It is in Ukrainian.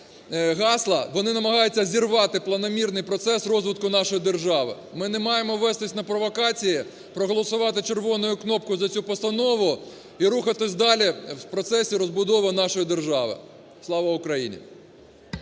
гасла, вони намагаються зірвати планомірний процес розвитку нашої держави. Ми не маємо вестись на провокації, проголосувати червоною кнопкою за цю постанову і рухатись далі в процесі розбудови нашої держави. Слава Україні!